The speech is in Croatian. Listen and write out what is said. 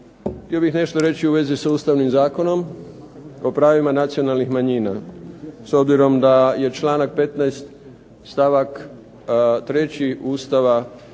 htio bih nešto reći u vezi sa Ustavnim zakonom o pravima nacionalnih manjina s obzirom da je članak 15. stavak 3. Ustava